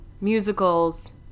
Musicals